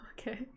Okay